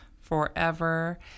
forever